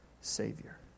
savior